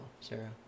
Sarah